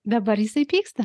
dabar jisai pyksta